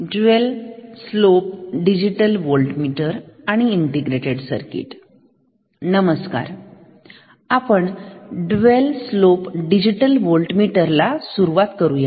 dual slope digital voltmeter आणि integrated circuit नमस्कार आपण डुएल स्लोप डिजिटल व्होल्टमीटर ला सुरुवात करूया